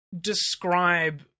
describe